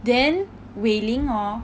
then wei ling hor